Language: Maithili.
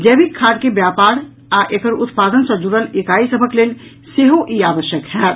जैविक खाद के व्यापार आ एकर उत्पादन सँ जुड़ल इकाई सभक लेल सेहो ई आवश्यक होयत